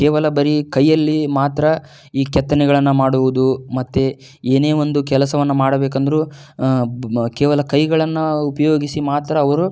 ಕೇವಲ ಬರೀ ಕೈಯಲ್ಲಿ ಮಾತ್ರ ಈ ಕೆತ್ತನೆಗಳನ್ನು ಮಾಡುವುದು ಮತ್ತೇ ಏನೇ ಒಂದು ಕೆಲಸವನ್ನು ಮಾಡಬೇಕೆಂದ್ರು ಕೇವಲ ಕೈಗಳನ್ನು ಉಪಯೋಗಿಸಿ ಮಾತ್ರ ಅವರು